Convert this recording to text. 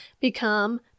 become